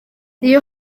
iyo